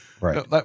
right